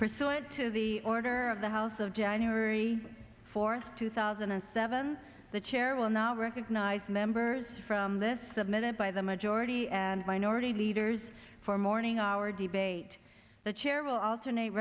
pursuant to the order of the house of january fourth two thousand and seven the chair will not recognize members from this submitted by the majority and minority leaders for morning hour debate the chair will alternate